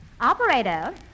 Operator